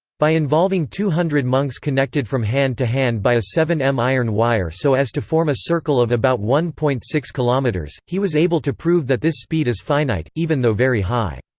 by involving two hundred monks connected from hand to hand by a seven m iron wire so as to form a circle of about one point six km, um he was able to prove that this speed is finite, even though very high.